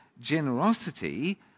generosity